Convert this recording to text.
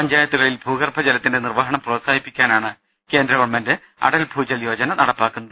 പഞ്ചായത്തുക ളിൽ ഭൂഗർഭ ജലത്തിന്റെ നിർവ്വഹണം പ്രോത്സാഹിപ്പിക്കാ നാണ് കേന്ദ്ര ഗവൺമെന്റ് അടൽ ഭൂജൽ യോജന നടപ്പാ ക്കുന്നത്